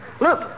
Look